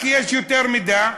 כי יש יותר מידע.